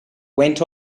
went